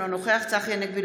אינו נוכח צחי הנגבי,